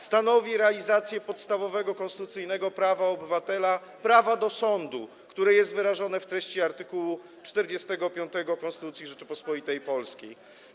Stanowi realizację podstawowego konstytucyjnego prawa obywatela - prawa do sądu, które jest wyrażone w treści art. 45 Konstytucji Rzeczypospolitej Polskiej.